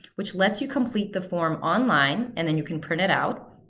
which lets you complete the form online and then you can print it out.